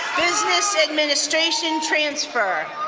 business administration transfer.